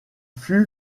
fut